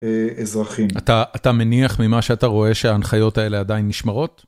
אזרחים אתה אתה מניח ממה שאתה רואה שההנחיות האלה עדיין נשמרות.